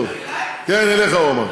זוהיר בהלול.